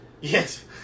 Yes